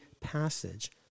passage